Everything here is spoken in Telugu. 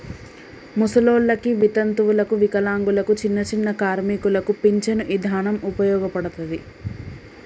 ముసలోల్లకి, వితంతువులకు, వికలాంగులకు, చిన్నచిన్న కార్మికులకు పించను ఇదానం ఉపయోగపడతది